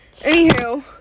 anywho